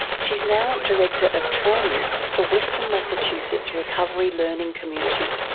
she is now director of training for western massachusetts recovery learning community.